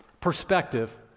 perspective